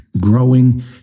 Growing